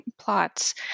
plots